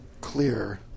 clear